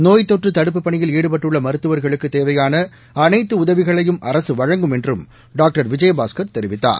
நோய்த்தொற்று தடுப்புப் பணியில் ஈடுபட்டுள்ள மாத்துவர்களுக்குத் தேவையான அனைத்து உதவிகளையும் அரசு வழங்கும் என்றும் டாக்டர் விஜயபாஸ்கர் தெரிவித்தார்